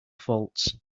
faults